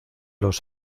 los